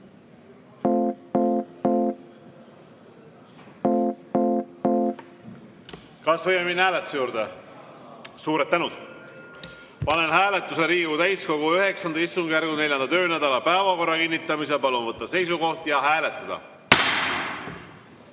Kas võime minna hääletuse juurde? Suured tänud! Panen hääletusele Riigikogu täiskogu IX istungjärgu 4. töönädala päevakorra kinnitamise. Palun võtta seisukoht ja hääletada!